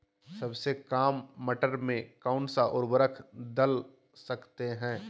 सबसे काम मटर में कौन सा ऊर्वरक दल सकते हैं?